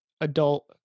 adult